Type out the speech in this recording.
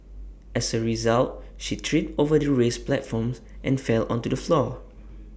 as A result she tripped over the raised platforms and fell onto the floor